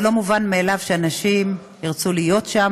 זה לא מובן מאליו שאנשים ירצו להיות שם.